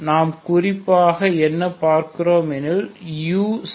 நாம் குறிப்பாக என்ன பார்க்கிறோம் எனில் uξη